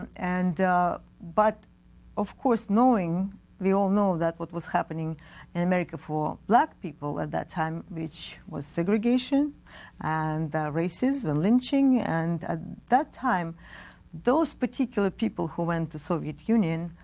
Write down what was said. and and but of course knowing we all know that what was happening in america for black people at that time which was segregation and racism and lynching and at ah that time those particular people who went to soviet union